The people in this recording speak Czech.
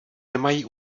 nemají